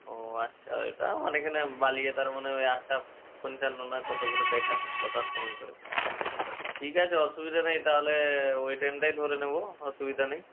ও আচ্ছা ওইটা আমার এখানে বালিয়ে তার মানে ওই আটটা পঞ্চান্ন না কত করে দেখায় কটার সময় করে ঠিক আছে অসুবিধা নেই তাহলে ওই ট্রেনটাই ধরে নেব অসুবিধা নেই